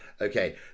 okay